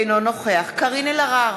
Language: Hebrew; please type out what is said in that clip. אינו נוכח קארין אלהרר,